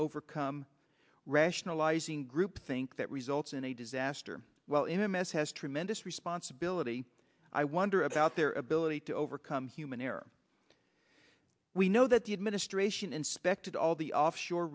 overcome rationalizing groupthink that results in a disaster well in a mess has tremendous responsibility i wonder about their ability to overcome human error we know that the administration inspected all the offshore